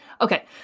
Okay